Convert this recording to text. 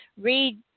read